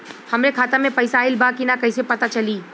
हमरे खाता में पैसा ऑइल बा कि ना कैसे पता चली?